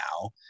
now